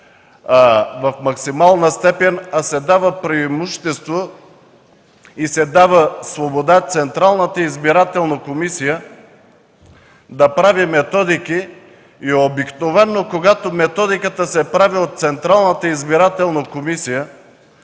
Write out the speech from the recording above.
в максимална степен, а се дава преимущество и свобода на Централната избирателна комисия да прави методики. Обикновено, когато методиката се прави от Централната избирателна комисия,